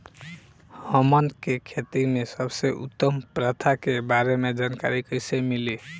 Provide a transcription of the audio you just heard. हमन के खेती में सबसे उत्तम प्रथा के बारे में जानकारी कैसे मिली?